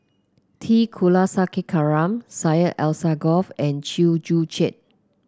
T Kulasekaram Syed Alsagoff and Chew Joo Chiat